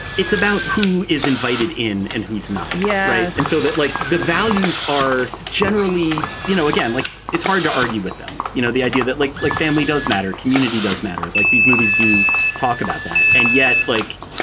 it's about who is invited in and who's not. yeah. and so that like the values are generally, you know, again, like it's hard to argue with them. you know, the idea that like like family does matter. community does matter. like these movies do talk about that. and yet, like,